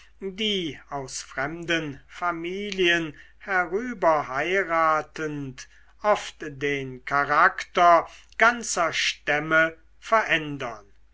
die aus fremden familien herüber heiratend oft den charakter ganzer stämme verändern